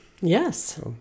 Yes